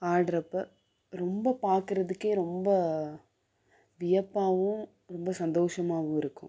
ஆடுறப்ப ரொம்ப பார்க்குறதுக்கே ரொம்ப வியப்பாகவும் ரொம்ப சந்தோஷமாகவும் இருக்கும்